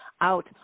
out